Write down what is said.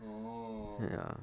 orh